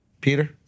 Peter